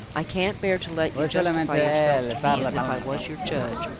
i can't bear to let you justify yourself to me as if i was your judge,